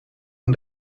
een